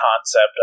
concept